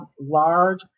large